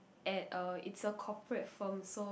at uh it's a corporate firm so